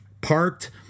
parked